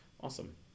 awesome